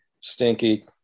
stinky